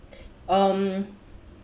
um